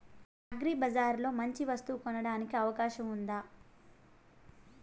అగ్రిబజార్ లో మంచి వస్తువు కొనడానికి అవకాశం వుందా?